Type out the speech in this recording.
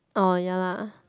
orh ya lah